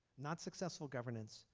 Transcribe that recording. not successful governance,